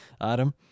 Adam